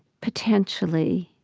potentially,